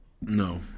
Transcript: No